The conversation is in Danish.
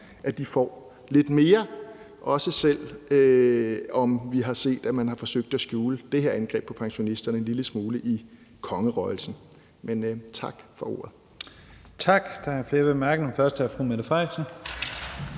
får lidt mere, også selv om vi har set, at man har forsøgt at skjule det her angreb på pensionisterne en lille smule i kongerøgelsen. Tak for ordet. Kl. 15:10 Første næstformand (Leif Lahn Jensen):